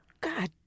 God